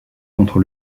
contre